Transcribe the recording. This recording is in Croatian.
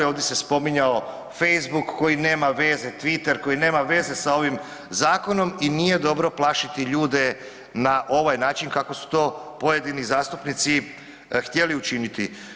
Ovdje se spominjao Facebook koji nema veze, Twitter koji nema veze sa ovim zakonom i nije dobro plašiti ljude na ovaj način kako su to pojedini zastupnici htjeli učiniti.